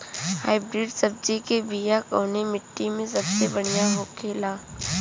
Hybrid सब्जी के बिया कवने मिट्टी में सबसे बढ़ियां होखे ला?